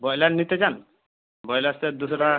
broiler নিতে চান broiler sir দুশো টাকা